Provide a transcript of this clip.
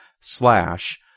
slash